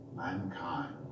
Mankind